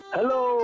Hello